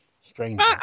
Strange